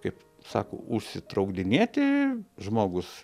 kaip sako užsitraukdinėti žmogus